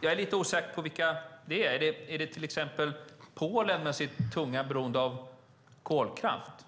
Jag är lite osäker på vilka det är. Är det till exempel Polen, med sitt tunga beroende av kolkraft?